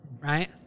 right